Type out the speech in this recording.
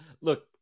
Look